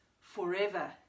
forever